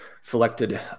selected